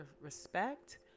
respect